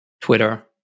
Twitter